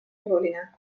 oluline